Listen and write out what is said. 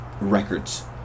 records